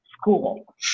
school